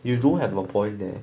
you do have a point there